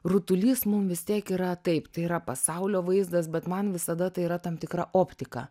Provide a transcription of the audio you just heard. rutulys mum vis tiek yra taip tai yra pasaulio vaizdas bet man visada tai yra tam tikra optika